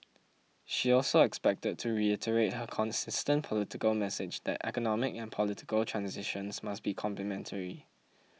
she is also expected to reiterate her consistent political message that economic and political transitions must be complementary